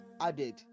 added